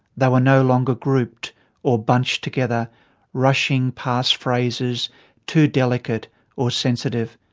they were no longer grouped or bunched together rushing past phrases too delicate or sensitive.